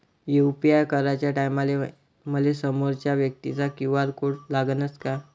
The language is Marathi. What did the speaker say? यू.पी.आय कराच्या टायमाले मले समोरच्या व्यक्तीचा क्यू.आर कोड लागनच का?